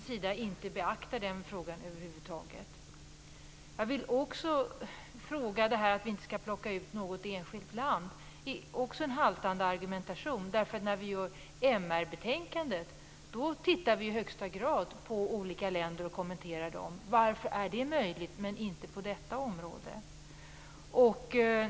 Jag menar att utskottsmajoriteten över huvud taget inte beaktar den frågan. Det sägs att vi inte skall plocka ut något enskilt land, men det är en haltande argumentation. I MR betänkandet tittar vi ju i högsta grad på olika länder och kommenterar dem. Varför är det möjligt, när det inte är möjligt att göra detsamma på detta område?